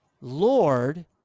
Lord